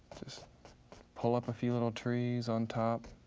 just pull up a few little trees on top